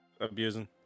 abusing